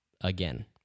again